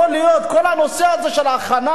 יכול להיות שכל הנושא הזה של ההכנה